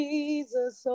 Jesus